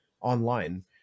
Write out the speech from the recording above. online